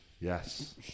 Yes